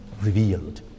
revealed